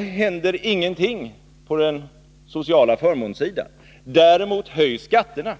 händer ingenting i fråga om sociala förmåner. Däremot höjs skatterna.